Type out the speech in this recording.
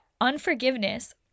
unforgiveness